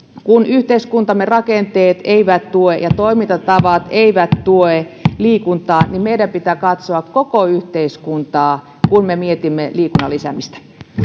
kun yhteiskuntamme rakenteet ja toimintatavat eivät tue liikuntaa niin meidän pitää katsoa koko yhteiskuntaa kun me mietimme liikunnan lisäämistä